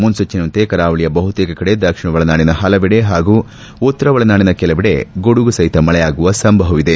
ಮುನ್ಲೂಚನೆಯಂತೆ ಕರಾವಳಿಯ ಬಹುತೇಕ ಕಡೆ ದಕ್ಷಿಣ ಒಳನಾಡಿನ ಪಲವೆಡೆ ಹಾಗೂ ಉತ್ತರ ಒಳನಾಡಿನ ಕೆಲವೆಡೆ ಗುಡುಗು ಸಹಿತ ಮಳೆಯಾಗುವ ಸಂಭವವಿದೆ